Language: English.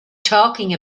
talking